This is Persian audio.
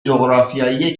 جغرافیایی